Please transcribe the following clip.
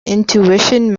intuition